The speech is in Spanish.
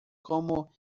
como